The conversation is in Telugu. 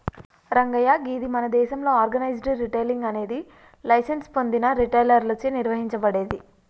రంగయ్య గీది మన దేసంలో ఆర్గనైజ్డ్ రిటైలింగ్ అనేది లైసెన్స్ పొందిన రిటైలర్లచే నిర్వహించబడేది